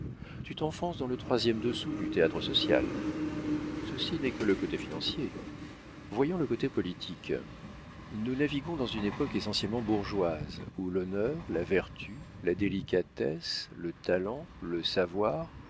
tu t'enfonces dans le troisième dessous du théâtre social ceci n'est que le côté financier voyons le côté politique nous naviguons dans une époque essentiellement bourgeoise où l'honneur la vertu la délicatesse le talent le savoir